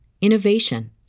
innovation